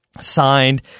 signed